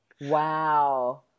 Wow